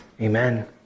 Amen